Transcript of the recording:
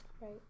Right